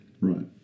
Right